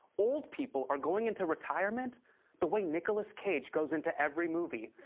old people are going into retirement the way nicolas cage goes into every movie.